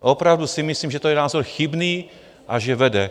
Opravdu si myslím, že to je názor chybný a že vede...